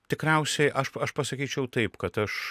tikriausiai aš aš pasakyčiau taip kad aš